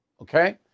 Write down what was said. Okay